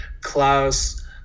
Klaus –